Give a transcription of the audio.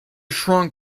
shrunk